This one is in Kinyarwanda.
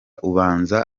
ubanza